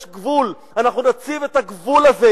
יש גבול, אנחנו נציב את הגבול הזה.